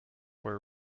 were